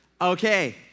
okay